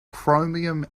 chromium